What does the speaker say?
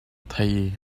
thei